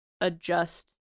adjust